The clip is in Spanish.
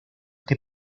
que